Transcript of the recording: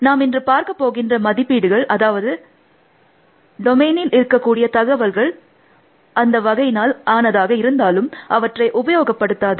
நாம் இன்று பார்க்க போகின்ற மதிப்பீடுகள் அதாவது டொமையினில் இருக்கக்கூடிய தகவல்கள் அவை அந்த வகையினால் ஆனதாக இருந்தாலும் அவற்றை உபயோகப்படுத்தாது